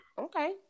Okay